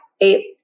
eight